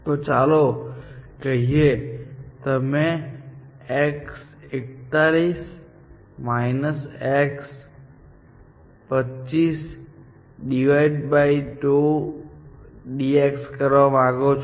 તો ચાલો કહીએ કે તમે X41 X252dxકરવા માંગો છો